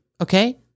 Okay